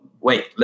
wait